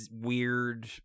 weird